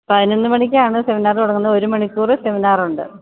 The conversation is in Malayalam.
പതിനൊന്ന് മണിക്കാണ് സെമിനാറ് തുടങ്ങുന്നത് ഒരു മണിക്കൂർ സെമിനാറുണ്ട്